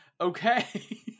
okay